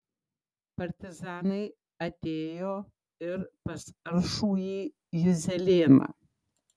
partizanai atėjo ir pas aršųjį juzelėną